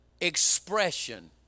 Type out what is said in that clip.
expression